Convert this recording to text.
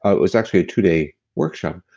ah it was actually a two-day workshop.